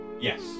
Yes